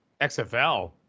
XFL